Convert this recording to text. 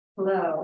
Hello